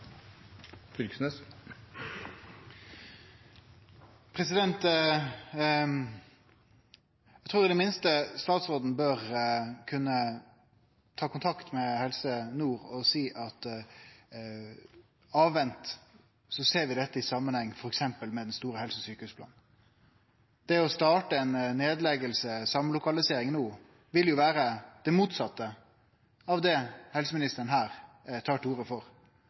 i det minste statsråden bør kunne ta kontakt med Helse Nord og seie: Vent, så ser vi dette i samanheng, f.eks. med den store helse- og sjukehusplanen. Det å starte ei nedlegging, ei samlokalisering, no ville jo vere det motsette av det helseministeren her tar til orde for.